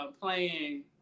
playing